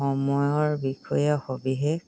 সময়ৰ বিষয়ে সবিশেষ